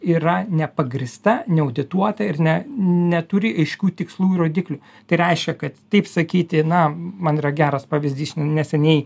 yra nepagrįsta neaudituota ir ne neturi aiškių tikslų ir rodiklių tai reiškia kad taip sakyti na man yra geras pavyzdys neseniai